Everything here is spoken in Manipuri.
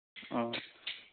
ꯑꯣ